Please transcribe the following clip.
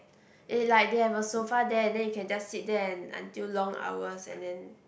it like they have a sofa there and then you can just sit there and until long hours and then